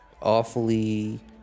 awfully